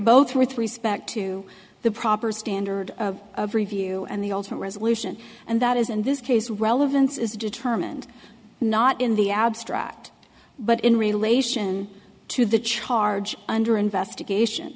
with respect to the proper standard of review and the ultimate resolution and that is in this case relevance is determined not in the abstract but in relation to the charge under investigation